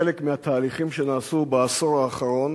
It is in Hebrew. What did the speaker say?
חלק מהתהליכים שנעשו בעשור האחרון